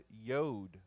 yod